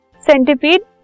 centipede